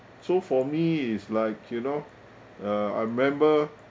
so for me it's like you know uh I remember